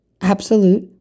absolute